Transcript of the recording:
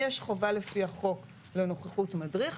יש חובה לפי החוק לנוכחות מדריך,